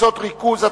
קבוצות ריכוז),